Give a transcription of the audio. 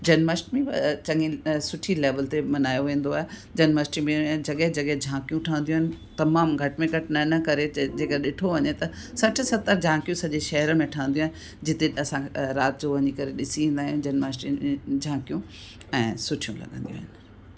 जन्माष्टमी चङी सुठी लैवल ते मल्हायो वेंदो आहे जन्माष्टमी जॻह जॻह झांकियूं ठहंदियूं आहिनि तमामु घटि में घटि न न करे जेका ॾिठो वञे त सठि सतरि झांकियूं सॼे शहर में ठहंदियूं आहिनि जिते असां राति जो वञी करे ॾिसी ईंदा आहियूं जन्माष्टमी जी झांकियूं ऐं सुठियूं लॻंदियूं आहिनि